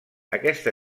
aquest